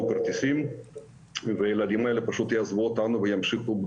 כרטיסים והילדים האלה פשוט יעזבו אותנו וימשיכו את